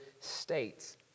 states